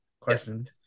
Question